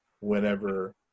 whenever